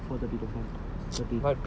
or now they extend to tuesday and friday also